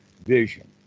vision